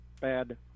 bad